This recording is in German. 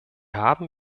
haben